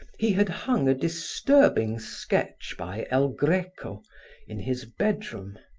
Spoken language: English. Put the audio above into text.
he had hung a disturbing sketch by el greco in his bedroom.